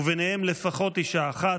וביניהם לפחות אישה אחת.